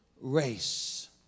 race